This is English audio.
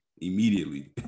Immediately